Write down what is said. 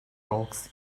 rocks